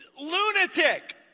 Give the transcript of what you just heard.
lunatic